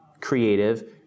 creative